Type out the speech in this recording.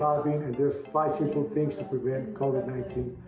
five simple things to prevent covid nineteen.